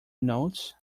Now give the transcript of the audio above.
notes